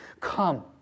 come